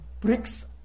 bricks